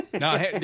No